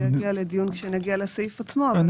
זה יגיע לדיון כשנגיע לסעיף עצמו.